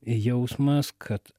jausmas kad